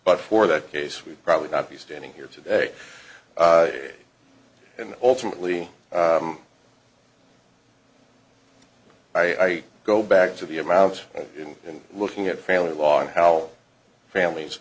but for that case we'd probably not be standing here today and ultimately i go back to the amount and looking at family law and how families